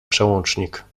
przełącznik